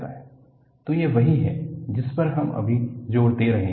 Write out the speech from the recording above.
तो यह वही है जिस पर हम सभी जोर दे रहे हैं